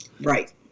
Right